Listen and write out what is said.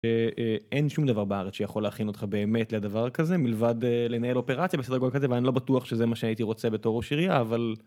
אין שום דבר בארץ שיכול להכין אותך באמת לדבר כזה, מלבד לנהל אופרציה בסדר גודל כזה, ואני לא בטוח שזה מה שהייתי רוצה בתור ראש עירייה, אבל...